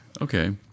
Okay